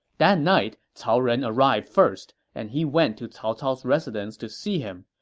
that night, cao ren arrived first, and he went to cao cao's residence to see him.